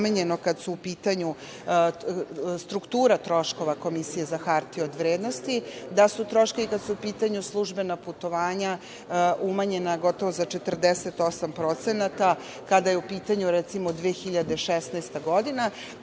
kad su u pitanju struktura troškova Komisije za hartije od vrednosti, da su troškovi kada su u pitanju službena putovanja umanjena gotovo za 48%, kada je u pitanju, recimo, 2016. godina.